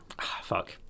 Fuck